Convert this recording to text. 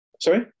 Sorry